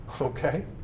Okay